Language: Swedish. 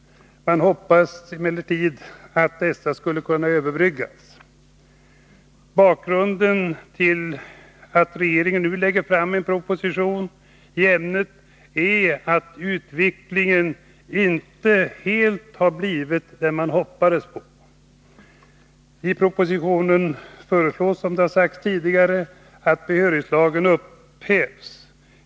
Man hoppades emellertid att dessa skulle kunna överbryggas. Bakgrunden till att regeringen nu lägger fram en proposition i ämnet är att utvecklingen inte helt har blivit den man hoppades. I propositionen föreslås nu att behörighetslagen upphävs.